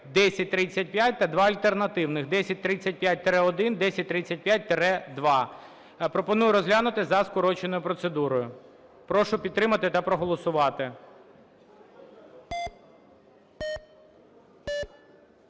1035) та два альтернативних (1035-1, 1035-2). Пропоную розглянути за скороченою процедурою. Прошу підтримати та проголосувати.